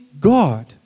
God